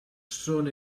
són